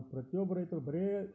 ಪ್ರತಿಯೊಬ್ರು ರೈತರು ಬರೀ